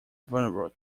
vulnerable